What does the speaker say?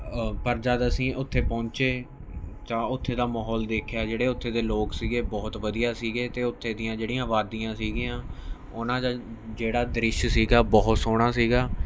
ਪਰ ਜਦ ਅਸੀਂ ਉੱਥੇ ਪਹੁੰਚੇ ਤਾਂ ਉੱਥੇ ਦਾ ਮਾਹੌਲ ਦੇਖਿਆ ਜਿਹੜੇ ਉੱਥੇ ਦੇ ਲੋਕ ਸੀਗੇ ਬਹੁਤ ਵਧੀਆ ਸੀਗੇ ਅਤੇ ਉੱਥੇ ਦੀਆਂ ਜਿਹੜੀਆਂ ਆਬਾਦੀਆਂ ਸੀਗੀਆਂ ਉਹਨਾਂ ਜਿਹੜਾ ਦ੍ਰਿਸ਼ ਸੀਗਾ ਬਹੁਤ ਸੋਹਣਾ ਸੀਗਾ